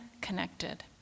connected